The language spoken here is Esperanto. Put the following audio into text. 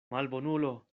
malbonulo